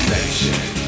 Nation